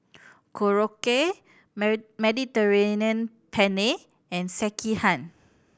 Korokke Mediterranean Penne and Sekihan